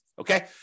okay